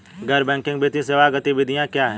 गैर बैंकिंग वित्तीय सेवा गतिविधियाँ क्या हैं?